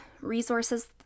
resources